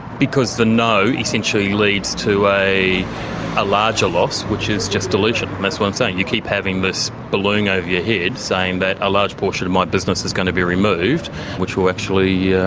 because the no essentially leads to a a larger loss which is just deletion. that's what i'm saying, you keep having this balloon over your head saying that a large portion of my business is going to be removed which will actually yeah